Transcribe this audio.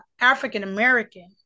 African-American